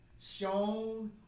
shown